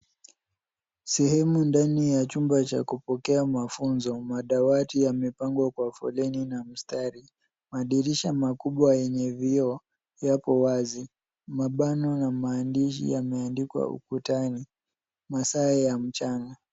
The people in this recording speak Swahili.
Sehemu ndani ya chumba cha kupokea mafunzo. Madawati yamepangwa kwa foleni na mstari. Madirisha makubwa yenye vioo yapo wazi. Mabano na maandishi yameandikwa ukutani. Masaa ya mchana.